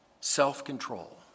Self-control